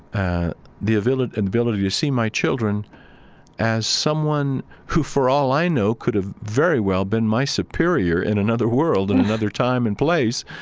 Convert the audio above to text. the ability and ability to see my children as someone who, for all i know, could have very well been my superior in another world, in another time and place,